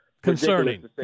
Concerning